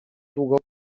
długo